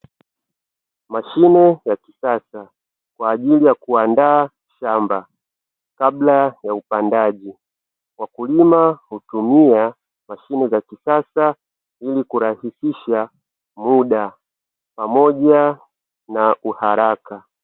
Mashine ya kisasa kwa ajili ya kuandaa shamba, kabla ya upandaji. Wakulima hutumia mashine za kisasa ili kurahisisha muda, pamoja na uharaka.